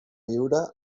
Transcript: viure